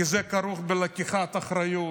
כי זה כרוך בלקיחת אחריות,